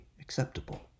acceptable